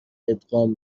ادغام